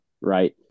right